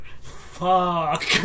Fuck